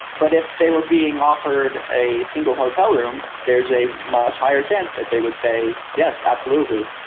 but if they were being offered a single hotel room, there's a much higher chance that they would say yes. absolutely.